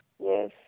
Yes